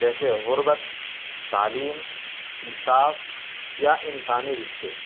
جیسے غربت تعلیم انصاف یا انسانی رشتے